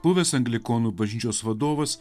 buvęs anglikonų bažnyčios vadovas